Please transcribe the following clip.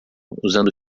usando